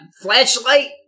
flashlight